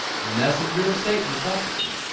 messenger of satan to buff at me